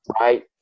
right